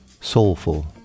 soulful